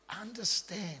understand